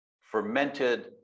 fermented